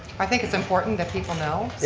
i think it's important that people know.